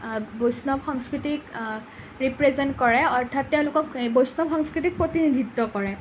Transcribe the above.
বৈষ্ণৱ সংস্কৃতিক ৰিপ্ৰেজেণ্ট কৰে অৰ্থাৎ তেওঁলোকক বৈষ্ণৱ সংস্কৃতিক প্ৰতিনিধিত্ব কৰে